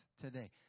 today